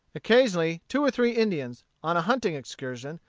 occasionally two or three indians, on a hunting excursion,